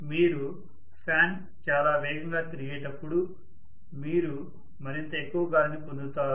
మీరు ఫ్యాన్ చాలా వేగంగా తిరిగేటప్పుడు మీరు మరింత ఎక్కువ గాలిని పొందుతారు